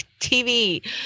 TV